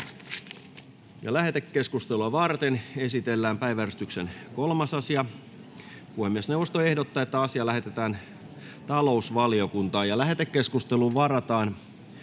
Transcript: Lähetekeskustelua varten esitellään päiväjärjestyksen 3. asia. Puhemiesneuvosto ehdottaa, että asia lähetetään talousvaliokuntaan. Lähetekeskusteluun varataan